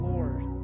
Lord